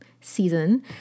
season